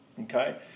Okay